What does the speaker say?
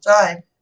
time